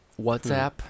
WhatsApp